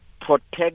protect